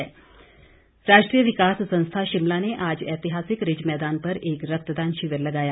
रक्तदान राष्ट्रीय विकास संस्था शिमला ने आज ऐतिहासिक रिज मैदान पर एक रक्तदान शिविर लगाया